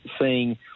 seeing